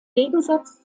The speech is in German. gegensatz